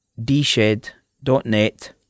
dshed.net